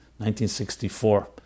1964